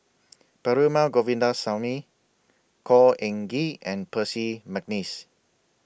Perumal Govindaswamy Khor Ean Ghee and Percy Mcneice